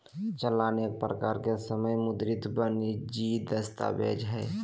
चालान एक प्रकार के समय मुद्रित वाणिजियक दस्तावेज हय